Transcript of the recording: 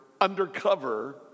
undercover